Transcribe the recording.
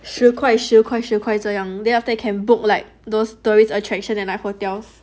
十块十块十块这样 then after you can book like those tourist attraction and hotels